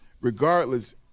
regardless